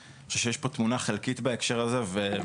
אני חושב שיש פה תמונה חלקית בהקשר הזה וחבל.